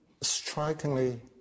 strikingly